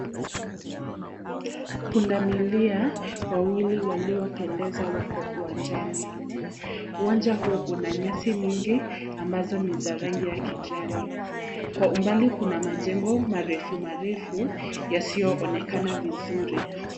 Punda milia wawili waliopendeza wako uwanjani. Uwanja huu una nyasi mingi ambazo ni za rangi ya kijani. Kwa umbali kuna majengo marefu marefu yasionekana vizuri.